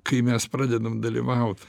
kai mes pradedam dalyvaut